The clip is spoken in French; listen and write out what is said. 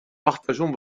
partageons